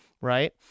Right